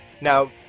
Now